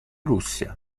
russia